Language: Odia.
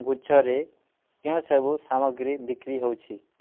ଗୁଚ୍ଛରେ କେଉଁସବୁ ସାମଗ୍ରୀ ବିକ୍ରି ହେଉଛି